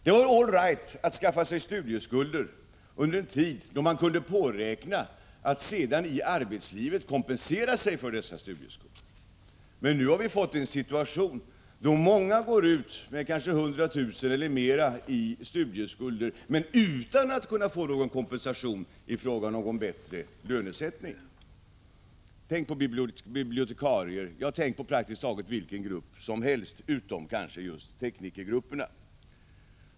Det var all right att skaffa sig studieskulder under den tid då man kunde påräkna att senare i arbetslivet kompensera sig för dessa studieskulder, men nu har vi fått en situation då många går ut med kanske 100 000 kr. eller mer i studieskuld utan att kunna få någon kompensation i form av bättre lönesättning. Tänk på bibliotekarier, ja, praktiskt taget vilken grupp som helst utom just teknikergrupperna!